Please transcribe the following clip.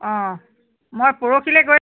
অঁ মই পৰহিলৈ গৈ